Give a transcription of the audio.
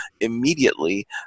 immediately